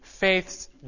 faith's